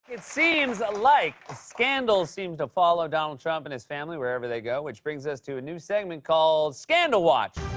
it seems like scandals seem to follow donald trump and his family wherever they go, which brings us to a new segment called scandal watch.